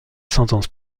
sentence